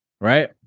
right